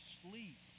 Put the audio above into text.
sleep